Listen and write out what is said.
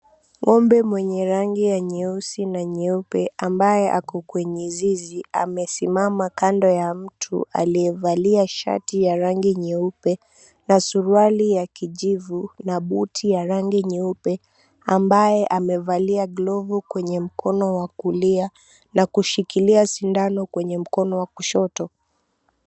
Ng'ombe wa rangi ya nyeusi na nyeupe ambaye ako kwenye zizi, amesimama kando ya mtu aliyevalia shati ya rangi nyeupe na suruali ya kijivu na buti ya rangi nyeupe, ambaye amevalia glovu kwenye mkono wa kulia na kushikilia sindano kwenye mkono wa kushoto.